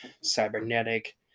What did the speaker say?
cybernetic